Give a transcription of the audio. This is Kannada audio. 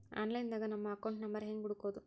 ಆನ್ಲೈನ್ ದಾಗ ನಮ್ಮ ಅಕೌಂಟ್ ನಂಬರ್ ಹೆಂಗ್ ಹುಡ್ಕೊದು?